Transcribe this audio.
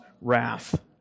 wrath